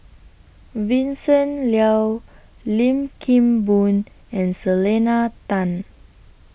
Vincent Leow Lim Kim Boon and Selena Tan